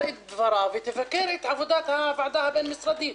את דברה ותבקר את עבודת הוועדה הבין-משרדית.